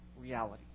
reality